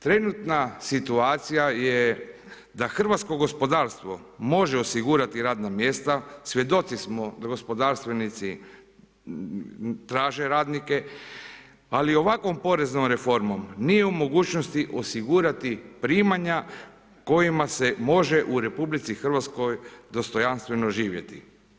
Trenutna situacija je da hrvatsko gospodarstvo može osigurati radna mjesta, svjedoci smo da gospodarstvenici traže radnike, ali ovakvom poreznom reformom nije u mogućnosti osigurati primanja kojima se može u RH dostojanstveno živjeti.